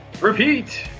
repeat